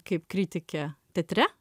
kaip kritikė teatre